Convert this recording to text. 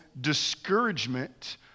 discouragement